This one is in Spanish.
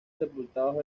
sepultados